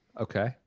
Okay